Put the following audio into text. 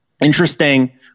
interesting